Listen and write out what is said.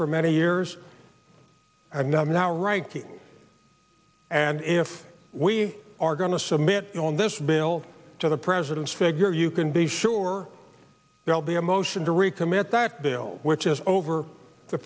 for many years i'm not now right and if we are going to submit on this bill to the president's figure you can be sure there'll be a motion to recommit that bill which is over the